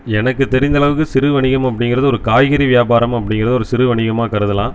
எனக்குத் தெரிந்தளவுக்கு சிறு வணிகம் அப்படிங்கிறது ஒரு காய்கறி வியாபாரம் அப்படிங்கிறது ஒரு சிறு வணிகமாக கருதலாம்